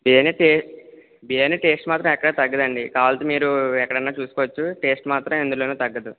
ఏంటి అంటే బిర్యానీ టేస్ట్ మాత్రం ఎక్కడా తగ్గదు అండి కావాలంటే మీరూ ఎక్కడ అయినా చూసుకోవచ్చు టేస్ట్ మాత్రం ఎందులోనూ తగ్గదు